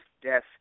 death